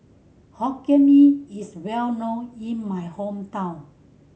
Hokkien Mee is well known in my hometown